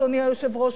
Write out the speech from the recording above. אדוני היושב-ראש,